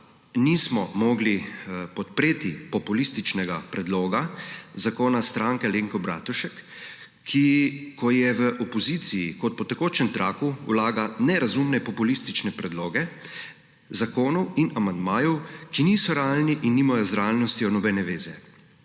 nismo mogli podpreti populističnega predloga zakona Stranke Alenke Bratušek, ki – ko je v opoziciji – kot po tekočem traku vlaga nerazumne populistične predloge zakonov in amandmajev, ki niso realni in nimajo z realnostjo nobene veze.